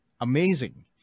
amazing